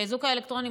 האיזוק האלקטרוני,